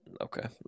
Okay